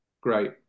great